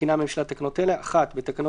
מתקינה הממשלה תקנות אלה: תיקון תקנה 2 בתקנות